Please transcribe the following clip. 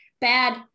bad